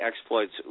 exploits